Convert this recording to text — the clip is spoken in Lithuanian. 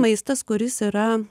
maistas kuris yra